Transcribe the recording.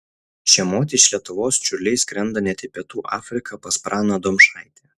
žiemoti iš lietuvos čiurliai skrenda net į pietų afriką pas praną domšaitį